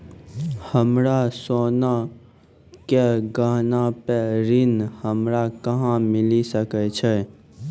हमरो सोना के गहना पे ऋण हमरा कहां मिली सकै छै?